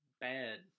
bad